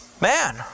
Man